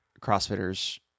CrossFitters